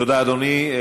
תודה, אדוני.